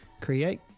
create